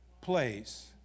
place